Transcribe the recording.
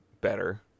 better